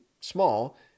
small